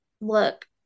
look